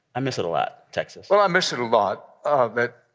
i miss it a lot, texas well, i miss it a lot of it.